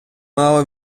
мало